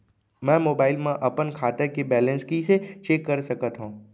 मैं मोबाइल मा अपन खाता के बैलेन्स कइसे चेक कर सकत हव?